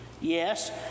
Yes